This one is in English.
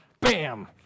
bam